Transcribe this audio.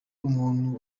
umuntu